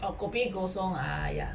oh kopi kosong ah ya